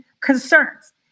concerns